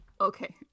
okay